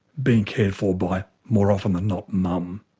being cared for by, more often than not, mum.